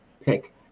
pick